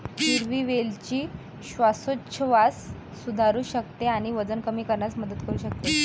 हिरवी वेलची श्वासोच्छवास सुधारू शकते आणि वजन कमी करण्यास मदत करू शकते